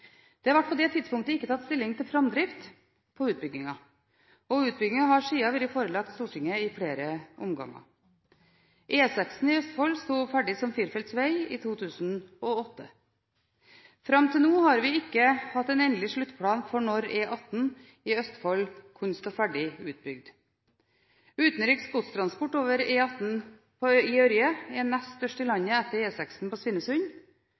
siden vært forelagt Stortinget i flere omganger. E6 i Østfold sto ferdig som firefelts veg i 2008. Fram til nå har vi ikke hatt en endelig sluttplan for når E18 i Østfold kunne stå ferdig utbygd. Utenriks godstransport over E18 i Ørje er nest størst i landet etter E6 på Svinesund,